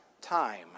time